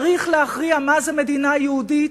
צריך להכריע מה זו מדינה יהודית.